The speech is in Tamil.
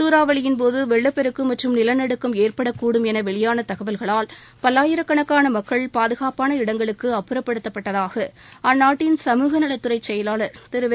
சூறாவளியின்போது வெள்ளப்பெருக்கு மற்றும் நிலநடுக்கம் ஏற்படக்கூடும் என வெளியான தகவல்களால் பல்லாயிரக்கணக்கான மக்கள் பாதுகாப்பாள இடங்களுக்கு அப்புறப்படுத்தப்பட்டதாக அந்நாட்டின் சமூக நலத்துறை செயலாளர் திரு வெர்ஜீனியா ஒரோகோ தெரிவித்துள்ளார்